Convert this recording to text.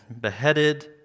beheaded